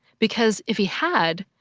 because if he had,